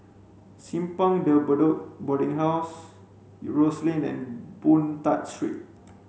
Simpang De Bedok Boarding House Rose Lane and Boon Tat Street